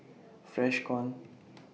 Freshkon